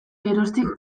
geroztik